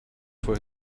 for